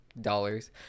dollars